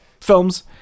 films